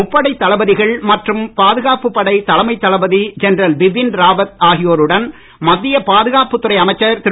முப்படை தளபதிகள் மற்றும் பாதுகாப்பு படை தலைமை தளபதி ஜெனரல் பிபின் ராவத் ஆகியோருடன் மத்திய பாதுகாப்புத் துறை அமைச்சர் திரு